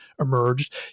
emerged